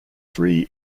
three